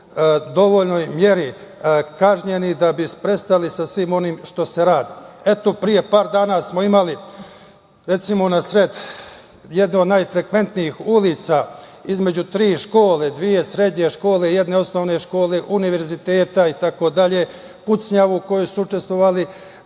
dovoljnoj meri kažnjeni da bi prestali sa svim onim što se radi. Eto, pre par dana smo imali, recimo, na sred jedne od najfrekventnijih ulica, između tri škole, dve srednje škole i jedne osnovne škole, univerziteta i tako dalje, pucnjavu u kojoj su učestvovali